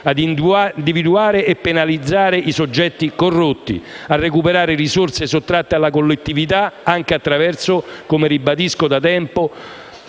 a individuare e penalizzare i soggetti corrotti; a recuperare risorse sottratte alla collettività, anche attraverso - come ribadisco da tempo